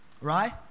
Right